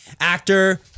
actor